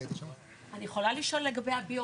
אני יכולה לשאול לגבי ה-BOT?